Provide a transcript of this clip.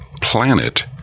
planet